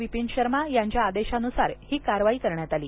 विपिन शर्मा यांच्या आदेशानुसार ही कारवाई करण्यात आली